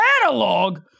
catalog